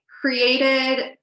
created